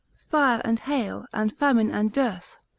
fire, and hail, and famine, and dearth,